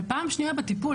ופעם שנייה, בטיפול.